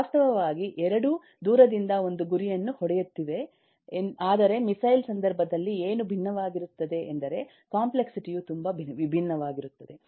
ವಾಸ್ತವವಾಗಿ ಎರಡೂ ದೂರದಿಂದ ಒಂದು ಗುರಿಯನ್ನು ಹೊಡೆಯುತ್ತಿವೆ ಆದರೆ ಮಿಸೈಲ್ ಸಂದರ್ಭದಲ್ಲಿ ಏನು ಭಿನ್ನವಾಗಿರುತ್ತದೆ ಎಂದರೆ ಕಾಂಪ್ಲೆಕ್ಸಿಟಿ ಯು ತುಂಬಾ ವಿಭಿನ್ನವಾಗಿರುತ್ತದೆ